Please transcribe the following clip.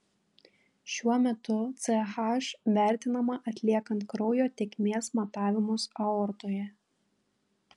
šiuo metodu ch vertinama atliekant kraujo tėkmės matavimus aortoje